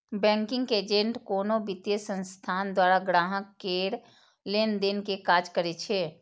banking agent कोनो वित्तीय संस्थान द्वारा ग्राहक केर लेनदेन के काज करै छै